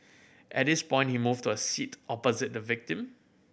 at this point he moved to a seat opposite the victim